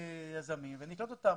ליזמים ונקלוט אותם.